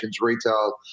retail